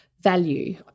value